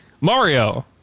Mario